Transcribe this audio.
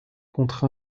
contre